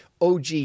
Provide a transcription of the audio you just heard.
OG